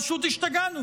פשוט השתגענו.